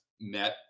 met